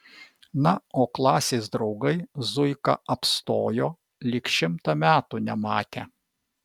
na o klasės draugai zuiką apstojo lyg šimtą metų nematę